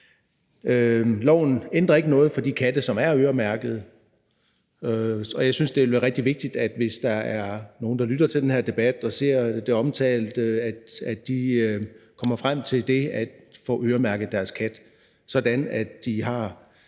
Loven ændrer ikke noget for de katte, som er øremærket, og jeg synes, at det ville være rigtig vigtigt - hvis der er nogen, der lytter til den her debat, eller ser den omtalt – at de kommer frem til at få øremærket deres kat, så de har